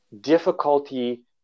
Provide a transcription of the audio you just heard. difficulty